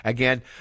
again